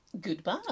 Goodbye